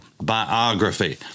biography